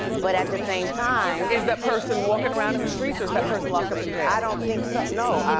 but at the same time is that person walking around in the streets, or is that person locked up in jail? i don't think so, no.